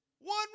One